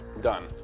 Done